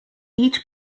each